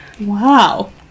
Wow